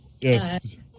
Yes